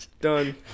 Done